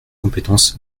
compétence